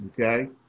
Okay